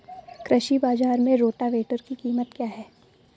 कृषि बाजार में रोटावेटर की कीमत क्या है?